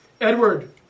Edward